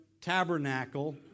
tabernacle